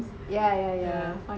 yeah yeah yeah